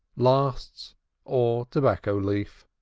lasts or tobacco-leaf.